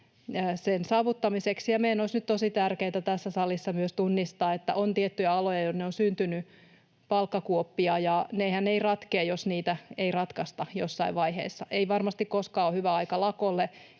sen saavuttamiseksi. Meidän olisi nyt tosi tärkeätä tässä salissa myös tunnistaa, että on tiettyjä aloja, jonne on syntynyt palkkakuoppia, ja nehän eivät ratkea, jos niitä ei ratkaista jossain vaiheessa. Ei varmasti koskaan ole hyvä aika lakolle,